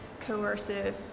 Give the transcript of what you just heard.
coercive